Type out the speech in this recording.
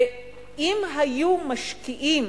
אם היו משקיעים